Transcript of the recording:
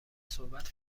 صحبت